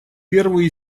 первый